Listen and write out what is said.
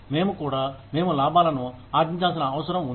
మేము కూడా మేము లాభాలను అర్జించాల్సిన అవసరం ఉంది